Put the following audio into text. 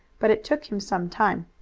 but it took him some time.